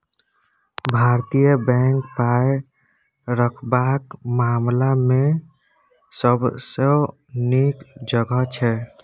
भारतीय बैंक पाय रखबाक मामला मे सबसँ नीक जगह छै